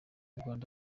rwanda